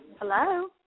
Hello